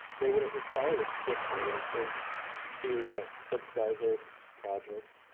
they wouldn't require this tif financing to subsidize their projects.